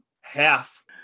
half